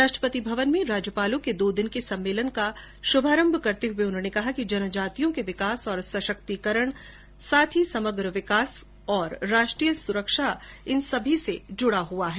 राष्ट्रपति भवन में राज्यपालों के दो दिन के सम्मेलन का श्भारम्भ करते हुए उन्होंने कहा कि जनजातियों का विकास और सशक्तिकरण समग्र विकास तथा राष्ट्रीय सुरक्षा से जुड़ा है